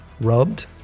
rubbed